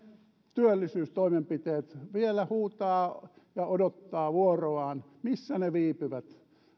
työllisyystoimenpiteet vielä huutavat ja odottavat vuoroaan missä ne viipyvät